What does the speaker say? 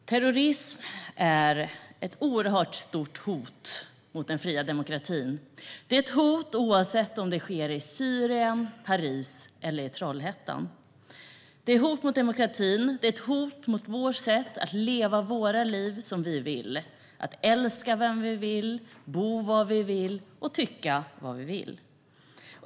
Fru talman! Terrorism är ett oerhört stort hot mot den fria demokratin. Det är ett hot oavsett om det sker i Syrien, i Paris eller i Trollhättan. Det är ett hot mot demokratin, mot vårt sätt att leva våra liv som vi vill, mot att älska vem vi vill, bo var vi vill och tycka vad vi vill.